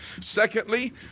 Secondly